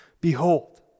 Behold